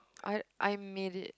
I I made it